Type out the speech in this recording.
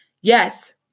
Yes